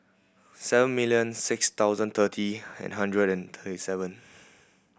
seven million six thousand thirty and hundred and twenty seven